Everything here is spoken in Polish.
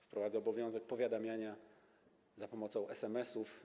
Wprowadza obowiązek powiadamiania za pomocą SMS-ów.